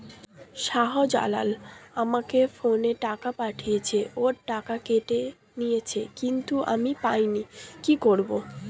শাহ্জালাল আমাকে ফোনে টাকা পাঠিয়েছে, ওর টাকা কেটে নিয়েছে কিন্তু আমি পাইনি, কি করব?